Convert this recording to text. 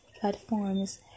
platforms